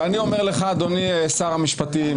ואני אומר לך אדוני שר המשפטים,